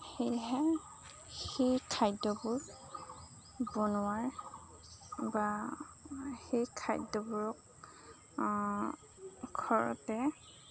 সেয়েহে সেই খাদ্যবোৰ বনোৱাৰ বা সেই খাদ্যবোৰক ঘৰতে